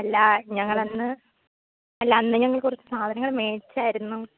അല്ല ഞങ്ങൾ അന്ന് അല്ല അന്ന് ഞങ്ങൾ കുറച്ച് സാധനങ്ങൾ മേടിച്ചിരുന്നു